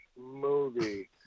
movie